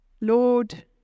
Lord